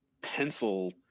pencil